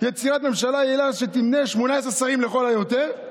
יצירת ממשלה יעילה שתמנה 18 שרים לכל היותר,